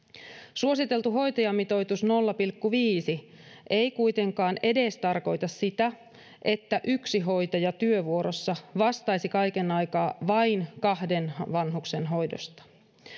suositeltu hoitajamitoitus nolla pilkku viisi ei kuitenkaan edes tarkoita sitä että yksi hoitaja työvuorossa vastaisi kaiken aikaa vain kahden vanhuksen hoidosta